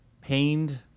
pained